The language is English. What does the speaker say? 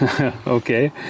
Okay